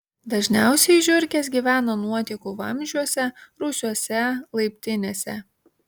dažniausiai žiurkės gyvena nuotekų vamzdžiuose rūsiuose laiptinėse